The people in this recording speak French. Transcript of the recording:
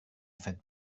faites